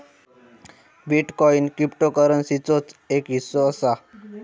bitcoin क्रिप्टोकरंसीचोच एक हिस्सो असा